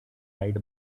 ride